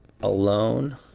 Alone